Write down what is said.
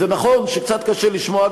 זה נכון שקצת קשה לשמוע.